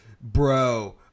bro